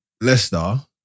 Leicester